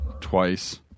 Twice